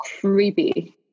creepy